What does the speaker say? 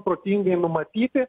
protingai numatyti